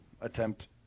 attempt